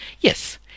Yes